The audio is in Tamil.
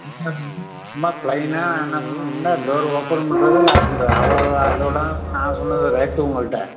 சும்மா ப்ளைனாக என்ன சொன்னேன்னா டோரு ஓப்பன் பண்ணுறது லாக் பண்ணுறது அவ்வளோ தான் அதோடயது தான் நான் சொன்னது ரேட்டு உங்கள்கிட்ட